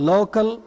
Local